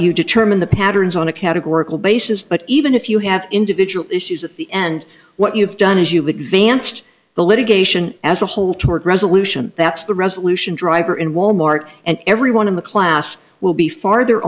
you determine the patterns on a categorical basis but even if you have individual issues at the end what you've done is you've advanced the litigation as a whole toward resolution that's the resolution driver in walmart and everyone in the class will be farther